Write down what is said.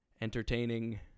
entertaining